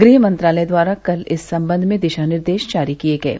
गृह मंत्रालय द्वारा कल इस संबंध में दिशा निर्देश जारी किये गये